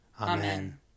Amen